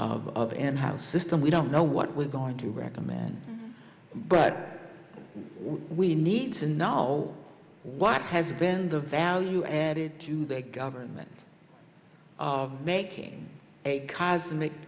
and how system we don't know what we're going to recommend but we need to know what have been the value added to the government of making a cosmic